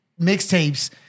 mixtapes